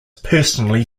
personally